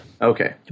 Okay